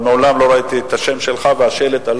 מעולם לא ראיתי שלט והשם שלך עליו: